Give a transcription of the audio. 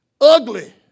ugly